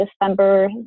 December